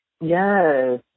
Yes